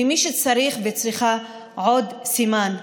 למי שצריך וצריכה עוד סימן,